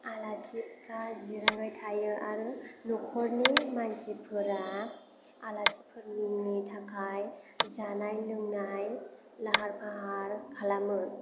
आलासिफोरा जिरायबाय थायो आरो न'खरनि मानसिफोरा आलासिफोरनि थाखाय जानाय लोंनाय लाहार फाहार खालामो